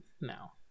now